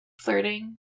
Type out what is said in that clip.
flirting